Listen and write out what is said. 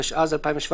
התשע"ז-2017,